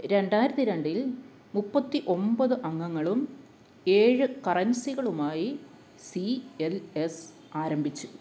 രണ്ടായിരത്തി രണ്ടിൽ മുപ്പത്തി ഒൻപത് അംഗങ്ങളും ഏഴ് കറൻസികളുമായി സി എൽ എസ് ആരംഭിച്ചു